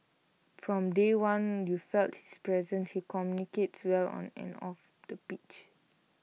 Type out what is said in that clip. from day one you felt his presence he communicates well on and off the pitch